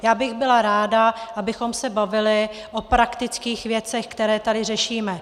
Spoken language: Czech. Byla bych ráda, abychom se bavili o praktických věcech, které tady řešíme.